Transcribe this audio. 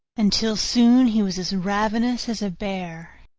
until soon he was as ravenous as a bear.